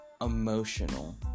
emotional